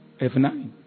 F9